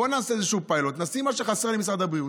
בואו נעשה איזשהו פיילוט ונשים מה שחסר למשרד הבריאות.